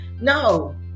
No